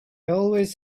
always